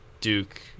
Duke